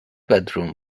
bedroom